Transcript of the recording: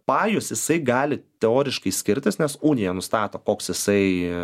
pajus jisai gali teoriškai skirtis nes unija nustato koks jisai